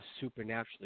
supernaturally